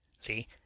See